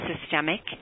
systemic